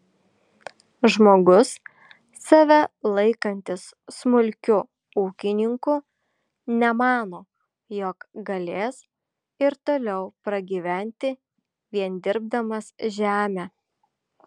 žmogus save laikantis smulkiu ūkininku nemano jog galės ir toliau pragyventi vien dirbdamas žemę